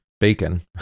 bacon